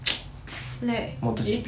like